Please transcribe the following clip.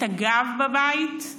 את הגב בבית,